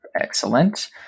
Excellent